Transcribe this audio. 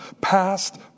past